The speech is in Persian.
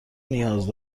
نیاز